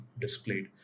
displayed